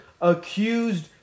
accused